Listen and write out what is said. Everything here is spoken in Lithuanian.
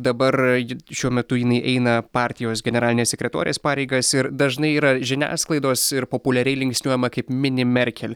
dabar ji šiuo metu jinai eina partijos generalinės sekretorės pareigas ir dažnai yra žiniasklaidos ir populiariai linksniuojama kaip mini merkel